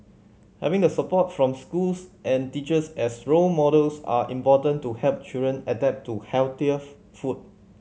having the support from schools and teachers as role models are important to help children adapt to healthier food